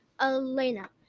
Elena